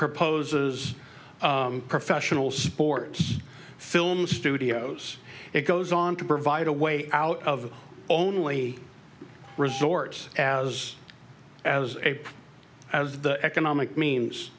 proposes professional sports film studios it goes on to provide a way out of only resorts as as a as the economic means